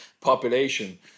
population